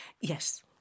Yes